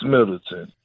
Middleton